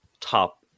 top